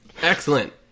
Excellent